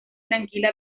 tranquila